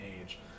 age